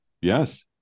Yes